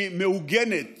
היא מעוגנת